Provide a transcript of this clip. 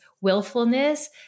willfulness